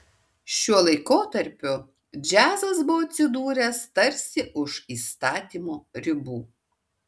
šiuo laikotarpiu džiazas buvo atsidūręs tarsi už įstatymo ribų